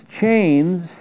chains